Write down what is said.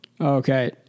Okay